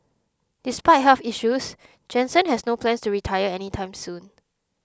despite health issues Jansen has no plans to retire any time soon